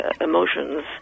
emotions